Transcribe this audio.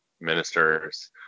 ministers